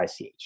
ICH